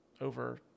over